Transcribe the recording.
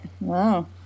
Wow